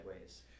ways